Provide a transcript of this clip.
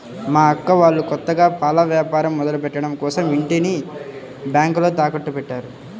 మా అక్క వాళ్ళు కొత్తగా పాల వ్యాపారం మొదలుపెట్టడం కోసరం ఇంటిని బ్యేంకులో తాకట్టుపెట్టారు